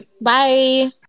Bye